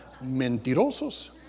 Mentirosos